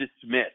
dismiss